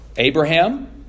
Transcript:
Abraham